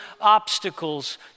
obstacles